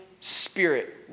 spirit